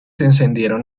encendieron